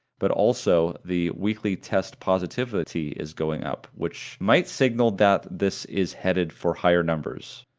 but also the weekly test positivity is going up, which might signal that this is headed for higher numbers.